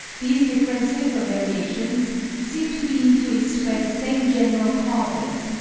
these differences or variations seem to be induced by the same general causes,